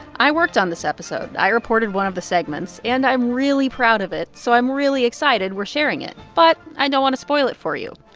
i worked on this episode. i reported one of the segments. and i'm really proud of it, so i'm really excited we're sharing it. but i don't want to spoil it for you.